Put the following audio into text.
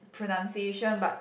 pronunciation but